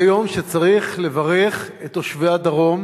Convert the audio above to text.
זה יום שצריך לברך בו את תושבי הדרום,